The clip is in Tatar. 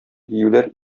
диюләр